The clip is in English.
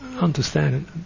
understand